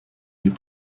you